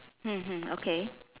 mm mm okay